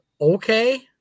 okay